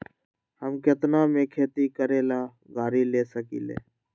हम केतना में खेती करेला गाड़ी ले सकींले?